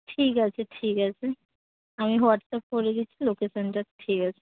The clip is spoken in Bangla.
ঠিক আছে ঠিক আছে আমি হোয়াটস্যাপ করে দিচ্ছি লোকেশনটা ঠিক আছে